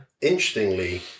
Interestingly